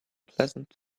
pleasant